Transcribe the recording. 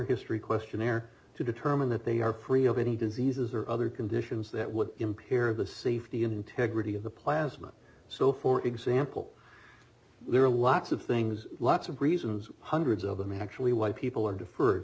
history questionnaire to determine that they are free of any diseases or other conditions that would impair the safety integrity of the plasma so for example there are lots of things lots of reasons hundreds of them actually why people